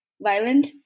violent